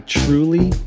truly